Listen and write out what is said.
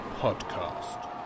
podcast